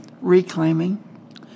reclaiming